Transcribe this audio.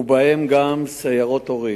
ובהן גם "סיירות הורים".